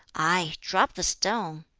aye, drub the stone!